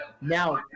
Now